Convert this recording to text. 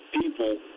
people